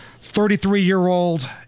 33-year-old